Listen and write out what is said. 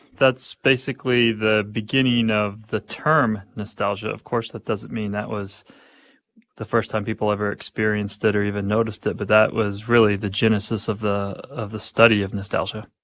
that's basically the beginning of the term nostalgia. of course, that doesn't mean that was the first time people ever experienced it or even noticed it. but that was really the genesis of the of the study of nostalgia